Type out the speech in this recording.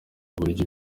uburyo